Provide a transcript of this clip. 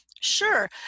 Sure